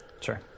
sure